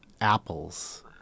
apples